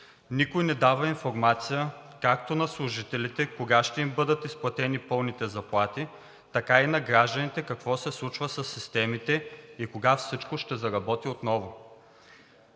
Никой не дава информация както на служителите кога ще им бъдат изплатени пълните заплати, така и на гражданите какво се случва със системите и кога всичко ще заработи отново.